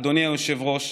אדוני היושב-ראש,